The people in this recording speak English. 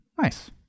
Nice